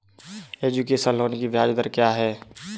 Education loan की ब्याज दर क्या है?